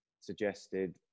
suggested